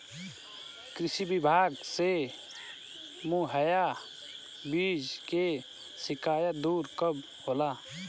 कृषि विभाग से मुहैया बीज के शिकायत दुर कब होला?